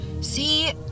See